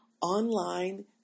online